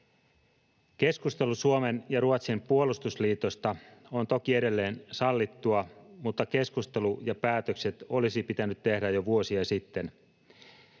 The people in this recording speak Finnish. Keskustelu Suomen ja Ruotsin puolustusliitosta on toki edelleen sallittua, mutta keskustelu ja päätökset olisi pitänyt tehdä jo vuosia sitten.